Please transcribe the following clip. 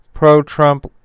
Pro-Trump